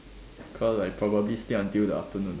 cause like probably stay until the afternoon